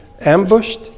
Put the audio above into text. ambushed